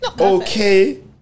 okay